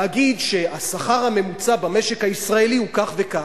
להגיד שהשכר הממוצע במשק הישראלי הוא כך וכך.